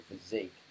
physique